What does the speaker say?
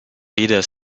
weder